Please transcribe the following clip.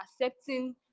accepting